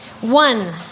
One